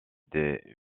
des